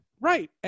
right